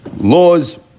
laws